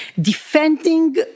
defending